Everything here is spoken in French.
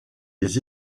des